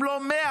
הם לא 100,